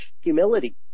humility